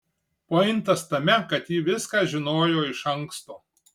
pointas tame kad ji viską žinojo iš anksto